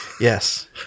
Yes